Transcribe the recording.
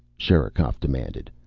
sherikov demanded.